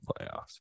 playoffs